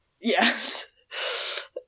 Yes